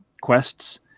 quests